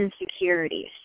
insecurities